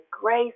grace